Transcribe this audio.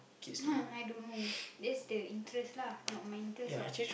no I don't know that's the interest lah not my interest what